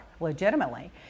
legitimately